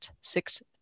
six